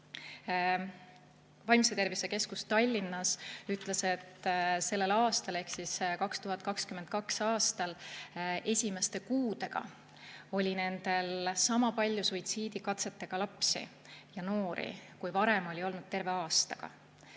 Vaimse tervise keskus Tallinnas ütles, et sellel aastal ehk 2022. aastal esimeste kuudega oli nendel sama palju suitsiidikatsetega lapsi ja noori, kui varem oli olnud terve aastaga.